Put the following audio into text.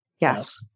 yes